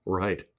right